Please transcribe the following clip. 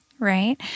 Right